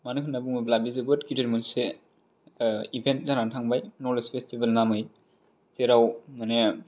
मानो होनना बुङोब्ला बे जोबोर गिदिर मोनसे इभेन्ट जानानै थांबाय नलेज फेसटिबेल नामै जेराव माने